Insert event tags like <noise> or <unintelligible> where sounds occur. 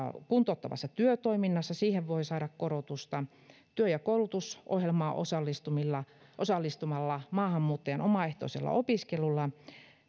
<unintelligible> on kuntouttavassa työtoiminnassa siihen voi saada korotusta samoin työ ja koulutusohjelmaan osallistumalla osallistumalla maahanmuuttajan omaehtoisella opiskelulla